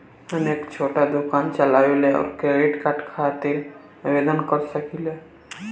हम एक छोटा दुकान चलवइले और क्रेडिट कार्ड खातिर आवेदन कर सकिले?